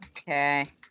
Okay